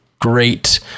great